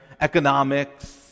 economics